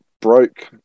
Broke